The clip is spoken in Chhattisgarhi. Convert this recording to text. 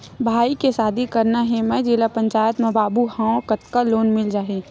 भाई के शादी करना हे मैं जिला पंचायत मा बाबू हाव कतका लोन मिल जाही?